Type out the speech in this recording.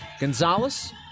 Gonzalez